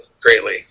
greatly